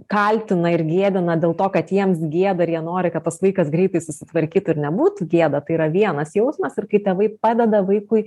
kaltina ir gėdina dėl to kad jiems gėda ir jie nori kad tas vaikas greitai susitvarkytų ir nebūtų gėda tai yra vienas jausmas ir kai tėvai padeda vaikui